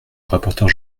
rapporteur